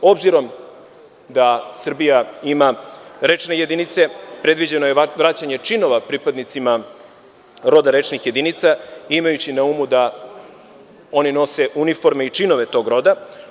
Obzirom da Srbija ima rečne jedinice, predviđeno je i vraćanje činova pripadnicima roda rečnih jedinica, imajući na umu da oni nose uniforme i činove tog roda.